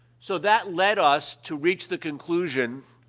so, that led us to reach the conclusion,